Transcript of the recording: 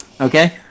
Okay